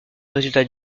résultats